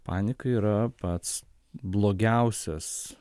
panika yra pats blogiausias